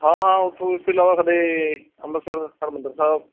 ਹਾਂ ਹਾਂ ਉੱਥੋਂ ਇਸ ਤੋਂ ਇਲਾਵਾ ਸਾਡੇ ਅੰਮ੍ਰਿਤਸਰ ਹਰਿਮੰਦਰ ਸਾਹਿਬ